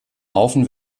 haufen